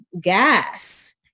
gas